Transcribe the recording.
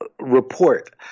report